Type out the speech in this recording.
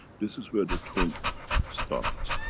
this is where the twin starts.